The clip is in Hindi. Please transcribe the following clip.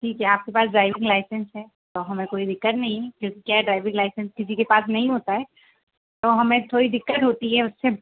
ठीक है आपके पास ड्राइविंग लाइसेंस है तो हमें कोई दिक़्क़त नहीं क्योंकि क्या है ड्राइविंग लाइसेंस किसी के पास नहीं होता है तो हमें थोड़ी दिक़्क़त होती है उससे